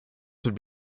would